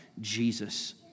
Jesus